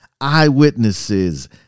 eyewitnesses